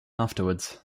afterwards